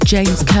James